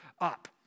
up